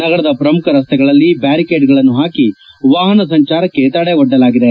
ನಗರದ ಪ್ರಮುಖ ರಸ್ತೆಗಳಲ್ಲಿ ಬ್ಲಾರಿಕೇಡ್ಗಳನ್ನು ಹಾಕಿ ವಾಹನ ಸಂಚಾರಕ್ಕೆ ತಡೆ ಒಡ್ಡಲಾಗಿದೆ